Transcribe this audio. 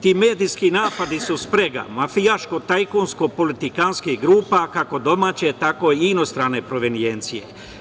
Ti medijski napadi su sprega mafijaško-tajkunsko-politikantskih grupa, kako domaće, tako inostrane provedijencije.